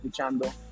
escuchando